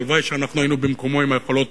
הלוואי שאנחנו היינו במקומו עם היכולות